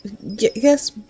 Yes